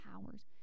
powers